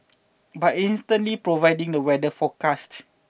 by instantly providing the weather forecast